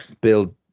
Bill